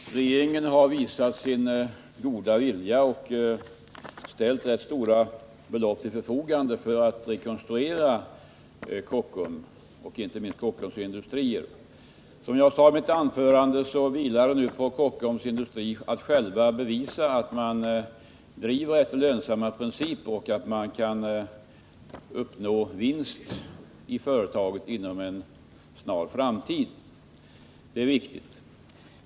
Herr talman! Regeringen har visat sin goda vilja och ställt rätt stora belopp till förfogande för att rekonstruera Kockums och inte minst Kockums Industri. Som jag sade i mitt förra anförande vilar det nu på Kockums Industri AB att självt bevisa att företaget drivs efter lönsamma principer och att man kan uppnå vinst i företaget inom en snar framtid. Det är viktigt.